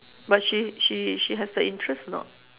but she she she has the interest or not